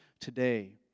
today